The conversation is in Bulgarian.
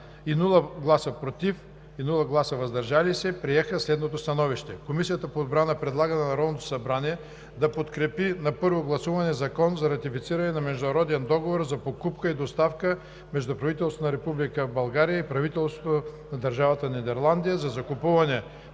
„за“, без „против“ и „въздържал се“ приеха следното становище: „Комисията по отбрана предлага на Народното събрание да подкрепи на първо гласуване Закон за ратифициране на Международен договор за покупка и доставка между правителството на Република България и правителството на Държавата Нидерландия за закупуване